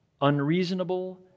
unreasonable